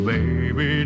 Baby